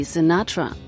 Sinatra